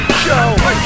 show